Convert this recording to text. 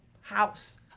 house